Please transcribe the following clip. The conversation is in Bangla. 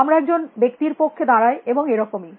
আমরা একজন ব্যক্তির পক্ষে দাঁড়াই এবং এরকমই